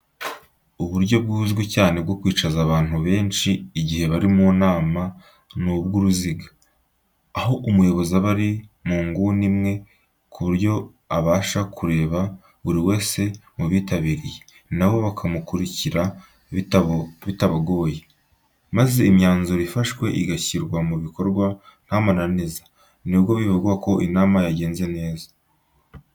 Uburyo buzwi cyane bwo kwicaza abantu benshi igihe bari mu nama ni ubw'uruziga, aho umuyobozi aba ari mu nguni imwe ku buryo abasha kureba buri wese mu bitabiriye, na bo bakamukurikira bitabagoye. Maze imyanzuro ifashwe igashyirwa mu bikorwa ntamananiza. Nibwo bivugwako inama yagenze neza.